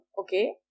okay